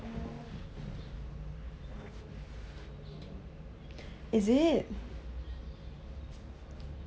is it